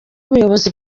ubuyobozi